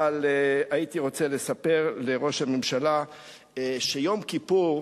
אבל הייתי רוצה לספר לראש הממשלה שיום כיפור,